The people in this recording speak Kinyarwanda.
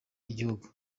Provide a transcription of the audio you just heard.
igihugu